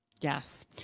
Yes